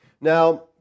Now